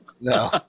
No